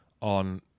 on